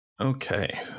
Okay